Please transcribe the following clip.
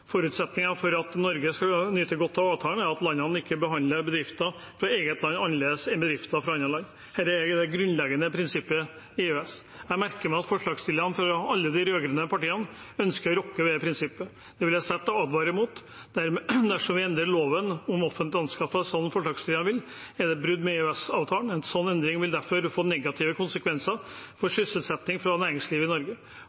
for at Norge skal nyte godt av avtalen, er at landene ikke behandler bedrifter fra eget land annerledes enn bedrifter fra andre land. Dette er det grunnleggende prinsippet i EØS. Jeg merker meg at forslagsstillerne fra alle de rød-grønne partiene ønsker å rokke ved prinsippet. Det vil jeg sterkt advare mot. Dersom vi endrer loven om offentlig anskaffelse sånn som forslagsstilleren vil, er det et brudd med EØS-avtalen. En sånn endring vil derfor få negative konsekvenser for